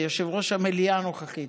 יושב-ראש המליאה הנוכחית.